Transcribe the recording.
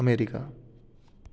America